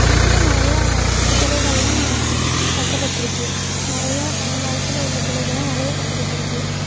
இங்கேயும் நிறையா சிலைகள்லாம் கட்டப்பட்டிருக்கு நிறையா பழங்காலத்தில் உள்ள சிலைகள்லாம் நிறையா கட்டப்பட்டிருக்குது